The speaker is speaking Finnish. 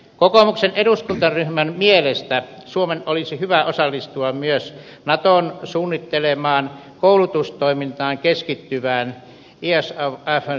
kokoomuksen eduskuntaryhmän mielestä suomen olisi hyvä osallistua myös naton suunnittelemaan koulutustoimintaan keskittyvään isafn seuraajamissioon